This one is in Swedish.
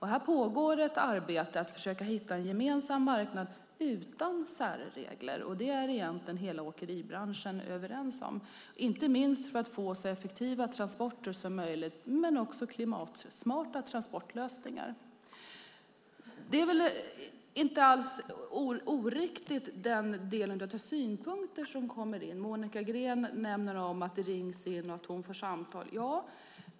Här pågår ett arbete att försöka hitta en gemensam marknad utan särregler. Det är egentligen hela åkeribranschen överens om, inte minst för att få så effektiva och klimatsmarta transportlösningar som möjligt. Det är inte oriktigt att det kommer in synpunkter. Monica Green nämner telefonsamtal.